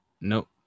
nope